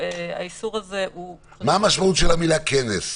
האיסור הזה הוא --- מה המשמעות של המילה כנס?